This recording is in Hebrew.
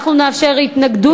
נאפשר התנגדות,